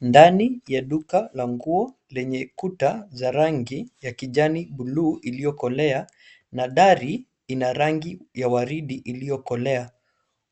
Ndani ya duka la nguo lenye kuta za rangi ya kijani buluu iliyokolea na dari ina rangi ya waridi iliyokolea,